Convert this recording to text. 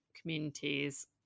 communities